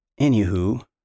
Anywho